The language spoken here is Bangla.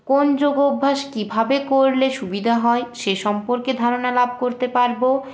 কোন যোগ অভ্যাস কীভাবে করলে সুবিধা হয় সে সম্পর্কে ধারণা লাভ করতে পারবো